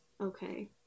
Okay